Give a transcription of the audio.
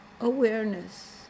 awareness